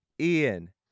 Ian